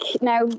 now